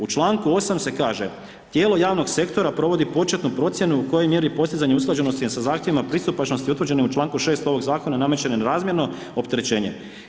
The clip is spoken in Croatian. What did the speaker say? U čl. 8 se kaže: Tijelo javnog sektora provodi početnu procjenu u kojoj mjeri postizanje usklađenosti sa zahtjevima pristupačnosti utvrđene u čl. 6 ovog zakona, nameće nerazmjerno opterećenje.